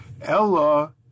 Ella